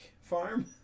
farm